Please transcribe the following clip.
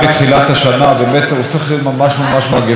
אנחנו שומעים על שעשוע חדש,